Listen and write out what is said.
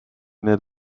need